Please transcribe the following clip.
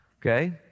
okay